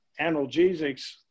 analgesics